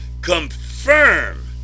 confirm